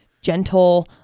gentle